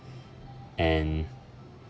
and